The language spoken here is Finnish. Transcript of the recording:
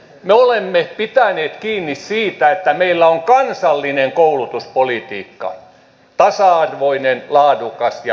me olemme pitäneet kiinni siitä että meillä on kansallinen koulutuspolitiikka tasa arvoinen laadukas ja hyvä